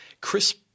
Chris